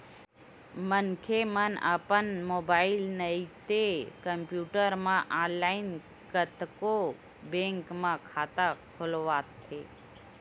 मनखे मन अपन मोबाईल नइते कम्प्यूटर म ऑनलाईन कतको बेंक म खाता खोलवाथे